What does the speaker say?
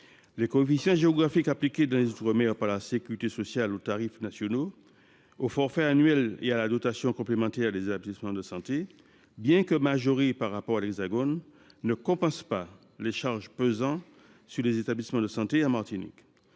les coefficients géographiques appliqués dans les outre mer par la sécurité sociale aux tarifs nationaux, aux forfaits annuels et à la dotation complémentaire des établissements de santé soit majorés par rapport à l’Hexagone, ils ne compensent pas les charges pesant sur les établissements de santé en Martinique.